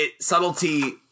subtlety